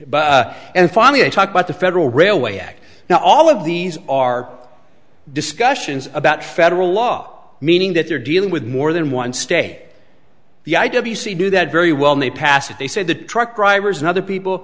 r and finally i talk about the federal railway act now all of these are discussions about federal law meaning that they're dealing with more than one stay the i w c do that very well may pass if they said the truck drivers and other people